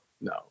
no